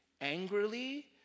angrily